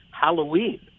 Halloween